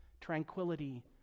tranquility